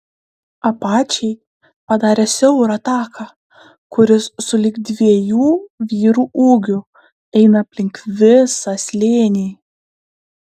apačiai padarė siaurą taką kuris sulig dviejų vyrų ūgiu eina aplink visą slėnį